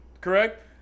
correct